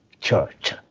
church